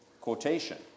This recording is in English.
quotation